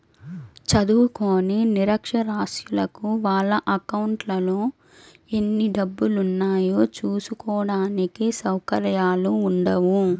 చదువుకోని నిరక్షరాస్యులకు వాళ్ళ అకౌంట్లలో ఎన్ని డబ్బులున్నాయో చూసుకోడానికి సౌకర్యాలు ఉండవు